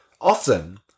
Often